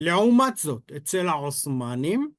לעומת זאת, אצל העות'מאנים